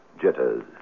Jitters